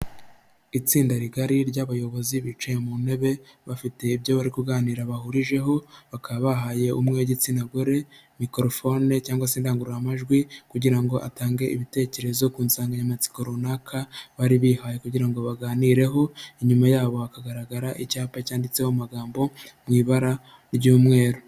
Itsinda rigari ry'Abayobozi bicaye mu ntebe bafite ibyo bari kuganira bahurijeho, bakaba bahaye umwe w'igitsina gore microphone cyangwa se indangururamajwi, kugira ngo atange ibitekerezo ku nsanganyamatsiko runaka bari bihaye kugira ngo baganireho, inyuma yabo hakagaragara icyapa cyanditseho amagambo mu ibara ry'umweru.